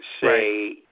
say